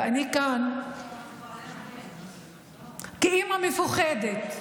ואני כאן כאימא מפוחדת,